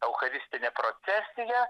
eucharistinė procesija